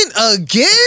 again